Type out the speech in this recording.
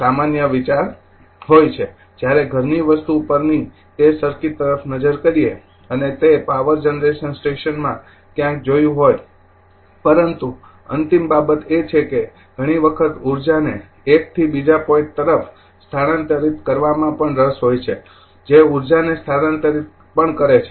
આ સામાન્ય વિચાર હોય છે જ્યારે ઘરની વસ્તુ પરની તે સર્કિટ તરફ નજર કરીયે અને તે પાવર જનરેશન સ્ટેશનમાં ક્યાંક જોયુ હોય પરંતુ અંતિમ બાબત એ છે કે ઘણી વખત ઉર્જાને એક થી બીજા પોઈન્ટ તરફ સ્થાનાંતરિત કરવામાં પણ રસ હોય છે જે ઉર્જાને સ્થાનાંતરિત પણ કરે છે